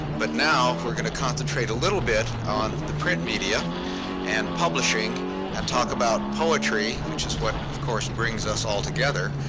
but now, if we're going to concentrate a little bit on the print media and publishing and talk about poetry, which is what, of course, brings us all together,